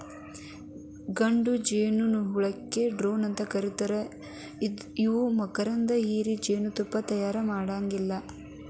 ಗಂಡು ಜೇನಹುಳಕ್ಕ ಡ್ರೋನ್ ಅಂತ ಕರೇತಾರ ಇವು ಮಕರಂದ ಹೇರಿ ಜೇನತುಪ್ಪಾನ ತಯಾರ ಮಾಡಾಂಗಿಲ್ಲ